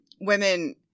women